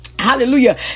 Hallelujah